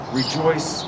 rejoice